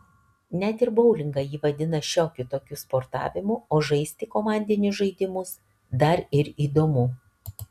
net ir boulingą ji vadina šiokiu tokiu sportavimu o žaisti komandinius žaidimus dar ir įdomu